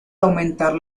aumentar